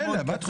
החוק לא לפנינו.